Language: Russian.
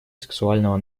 сексуального